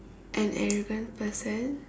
an arrogant person